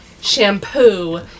shampoo